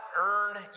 earn